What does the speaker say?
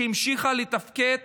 שהמשיכה לתפקד